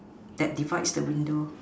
that divides the window